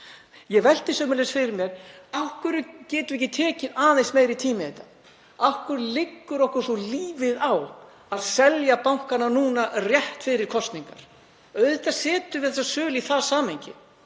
Ég velti sömuleiðis fyrir mér: Af hverju getum við ekki tekið aðeins meiri tíma í þetta? Af hverju liggur okkur svona lífið á að selja bankana núna rétt fyrir kosningar? Auðvitað setjum við þessa sölu í það samhengi.